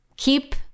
Keep